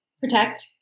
protect